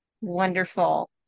Wonderful